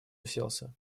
уселся